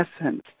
essence